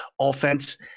offense